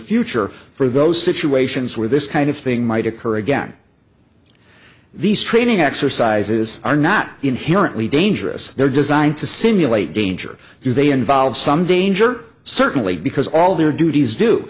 future for those situations where this kind of thing might occur again these training exercises are not inherently dangerous they're designed to simulate danger do they involve some danger certainly because all their duties do